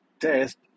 test